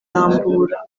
rambura